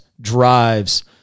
drives